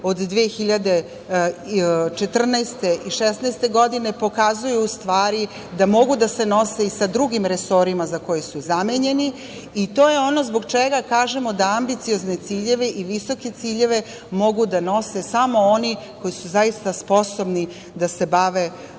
od 2014. i 2016. godine pokazuju u stvari da mogu da se nose i sa drugim resorima za koje su zamenjeni i to je ono zbog čega kažemo da ambiciozne ciljeve i visoke ciljeve mogu da nose samo oni koji su zaista sposobni da se bave